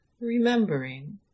remembering